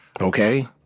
okay